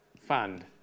Fund